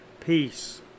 peace